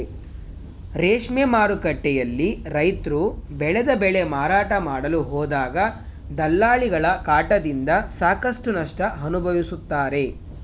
ರೇಷ್ಮೆ ಮಾರುಕಟ್ಟೆಯಲ್ಲಿ ರೈತ್ರು ಬೆಳೆದ ಬೆಳೆ ಮಾರಾಟ ಮಾಡಲು ಹೋದಾಗ ದಲ್ಲಾಳಿಗಳ ಕಾಟದಿಂದ ಸಾಕಷ್ಟು ನಷ್ಟ ಅನುಭವಿಸುತ್ತಾರೆ